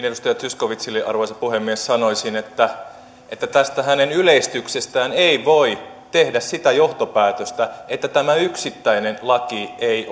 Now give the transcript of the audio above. edustaja zyskowiczille arvoisa puhemies sanoisin että että tästä hänen yleistyksestään ei voi tehdä sitä johtopäätöstä että tämä yksittäinen laki ei